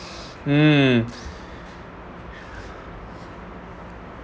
hmm